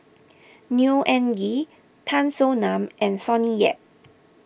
Neo Anngee Tan Soo Nan and Sonny Yap